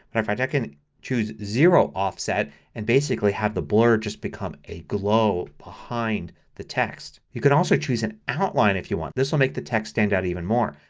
and fact i can choose zero offset and basically have the blur just become a slow behind the text. you can also choose an outline if you want. this will make the text standout even more.